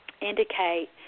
indicate